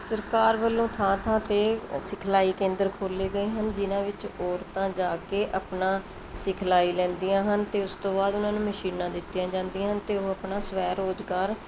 ਸਰਕਾਰ ਵੱਲੋਂ ਥਾਂ ਥਾਂ 'ਤੇ ਸਿਖਲਾਈ ਕੇਂਦਰ ਖੋਲ੍ਹੇ ਗਏ ਹਨ ਜਿਨਾਂ ਵਿੱਚ ਔਰਤਾਂ ਜਾ ਕੇ ਆਪਣਾ ਸਿਖਲਾਈ ਲੈਂਦੀਆਂ ਹਨ ਅਤੇ ਉਸ ਤੋਂ ਬਾਅਦ ਉਹਨਾਂ ਨੂੰ ਮਸ਼ੀਨਾਂ ਦਿੱਤੀਆਂ ਜਾਂਦੀਆਂ ਹਨ ਅਤੇ ਉਹ ਆਪਣਾ ਸਵੈ ਰੋਜ਼ਗਾਰ